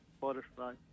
Butterfly